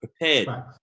prepared